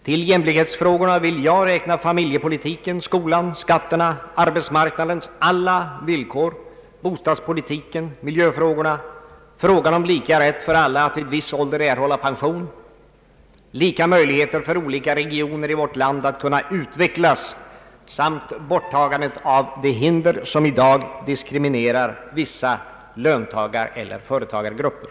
Till jämlikhetsfrågorna vill jag räkna familjepolitiken, skolan, skatter na, arbetsmarknadspolitikens alla villkor, bostadspolitiken, miljöfrågorna, frågan om lika rätt för alla att vid viss ålder erhålla pension, lika möjligheter för olika regioner i vårt land att utvecklas samt borttagandet av de hinder som i dag diskriminerar vissa löntagareller företagargrupper.